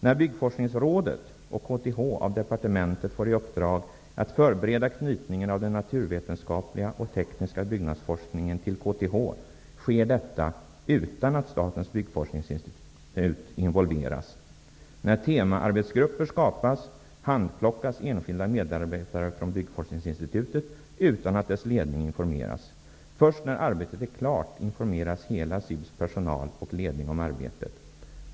När Byggforskningsrådet och KTH av departementet fick i uppdrag att förbereda knytningen av den naturvetenskapliga och tekniska byggnadsforskningen till KTH, skedde detta utan att Statens byggforskningsinstitut involverades. Byggforskningsinstitutet utan att dess ledning informerades. Först när arbetet var klart informerades hela SIB:s personal och ledning om arbetet.